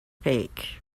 fake